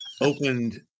opened